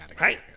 right